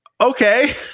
Okay